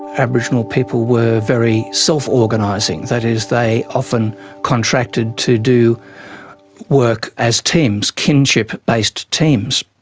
aboriginal people were very self-organising. that is, they often contracted to do work as teams, kinship-based teams.